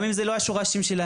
גם אם אלה לא השורשים שלהם.